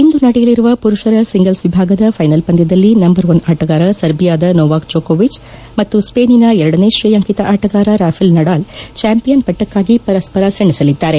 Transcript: ಇಂದು ನಡೆಯಲಿರುವ ಪುರುಷರ ಸಿಂಗಲ್ಸ್ ವಿಭಾಗದ ಫೈನಲ್ ಪಂದ್ಯದಲ್ಲಿ ನಂಬರ್ ಒನ್ ಆಟಗಾರ ಸರ್ಬಿಯಾದ ನೊವಾಕ್ ಜೋಕೊವಿಚ್ ಮತ್ತು ಸ್ಪೇನಿನ ಎರಡನೇ ಶ್ರೇಯಾಂಕಿತ ಆಟಗಾರ ರಾಫೆಲ್ ನಡಾಲ್ ಚಾಂಪಿಯನ್ ಪಟ್ಟಕ್ಕಾಗಿ ಪರಸ್ವರ ಸೆಣಸಲಿದ್ದಾರೆ